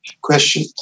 question